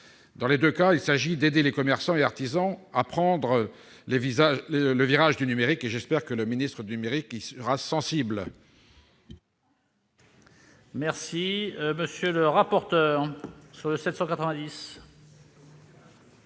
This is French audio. Dans les deux cas, il s'agit d'aider les commerçants et artisans à prendre le virage du numérique. J'espère que le secrétaire d'État chargé du numérique y sera sensible